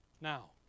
Now